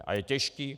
A je těžký.